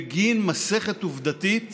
זה בגין מסכת עובדתית